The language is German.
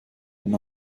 wenn